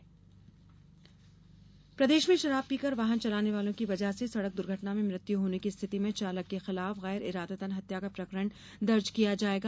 वाहन नियम प्रदेश में शराब पीकर वाहन चलाने की वजह से सड़क दुर्घटना में मृत्यु होने की स्थिति में चालक के खिलाफ गैर इरादतन हत्या का प्रकरण दर्ज किया जायेगा